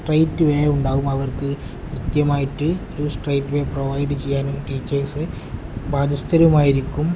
straight way ഉണ്ടാവും അവർക്ക് കൃത്യമായിട്ട് ഒരു സ്ട്രൈറ്റ് വേ പ്രൊവൈഡ് ചെയ്യാനും ടീച്ചേഴ്സ് ബാധ്യസ്തരുമായിരിക്കും